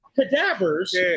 cadavers